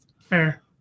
Fair